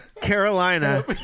Carolina